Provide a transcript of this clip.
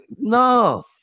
no